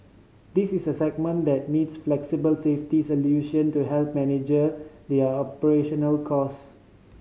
this is a segment that needs flexible safety solution to help manage their operational cost